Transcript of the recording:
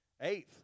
Eighth